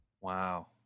Wow